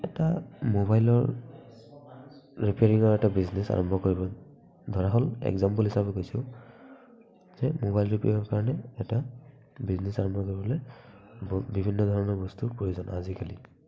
এটা মোবাইলৰ ৰিপেইঙৰ এটা বিজনেচ আৰম্ভ কৰিব ধৰা হ'ল এক্সামপোল হিচাপে কৈছোঁ যে মোবাইল ৰিপেইঙৰ কাৰণে এটা বিজনেচ আৰম্ভ কৰিবলৈ ব বিভিন্ন ধৰণৰ বস্তুৰ প্ৰয়োজন আজিকালি